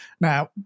Now